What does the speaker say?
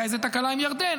הייתה תקלה עם ירדן,